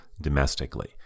domestically